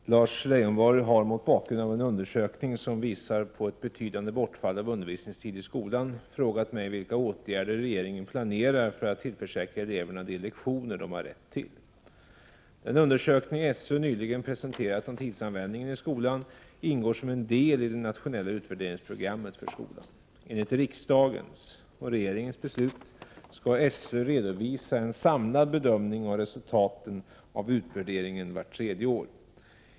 Herr talman! Lars Leijonborg har, mot bakgrund av en undersökning som visar på ett betydande bortfall av undervisningstid i skolan, frågat mig vilka åtgärder regeringen planerar för att tillförsäkra eleverna de lektioner de har rätt till. | Den undersökning SÖ nyligen presenterat om tidsanvändningen i skolan ingår som en del i det nationella utvärderingsprogrammet för skolan. Enligt riksdagens och regeringens beslut skall SÖ redovisa en samlad bedömning av resultaten av utvärderingen vart tredje år.